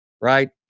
right